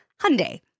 Hyundai